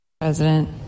president